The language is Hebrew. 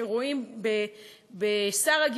שרואים בשרה,